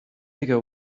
bigger